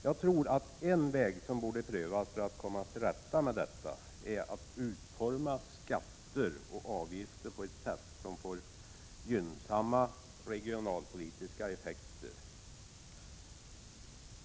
Jag tror att en väg som borde prövas för att komma till rätta med detta är att utforma skatter och avgifter på ett sätt som får gynnsamma regionalpolitiska effekter.